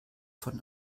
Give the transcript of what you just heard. von